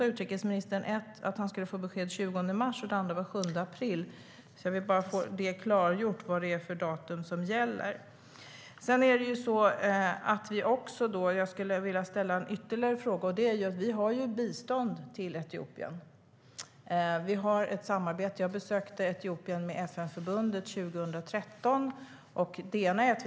Utrikesministern sa först att han skulle få besked den 20 mars, och sedan sa hon den 7 april. Jag vill bara få klargjort vilket datum som gäller. Jag skulle vilja ställa en ytterligare fråga. Vi ger ju bistånd till Etiopien och har ett samarbete. År 2013 besökte jag Etiopien med FN-förbundet.